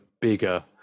bigger